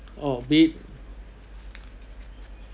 oh